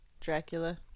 Dracula